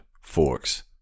forks